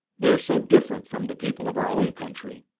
they are so different from the people of our own country.